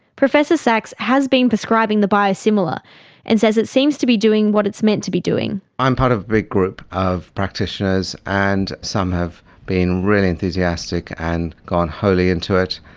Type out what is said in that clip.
professor sachs has been prescribing the biosimilar and says it seems to be doing what it's meant to be doing. i'm part of a big group of practitioners and some have been really enthusiastic and gone wholly into it,